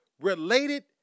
related